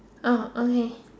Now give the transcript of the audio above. oh okay